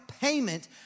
payment